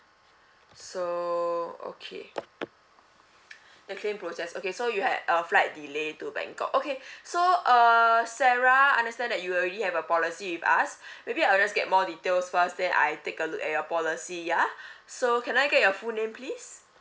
so okay the claim process okay so you had a flight delay to bangkok okay so uh sarah understand that you already have a policy with us maybe I'll just get more details first then I take a look at your policy ya so can I get your full name please